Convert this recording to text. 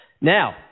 Now